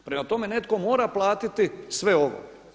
Prema tome, netko mora platiti sve ovo.